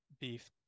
beef